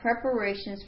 preparations